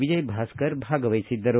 ವಿಜಯಭಾಸ್ಕರ್ ಭಾಗವಹಿಸಿದ್ದರು